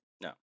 No